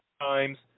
times